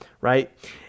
right